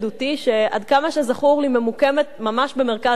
שעד כמה שזכור לי ממוקמת ממש במרכז הארץ.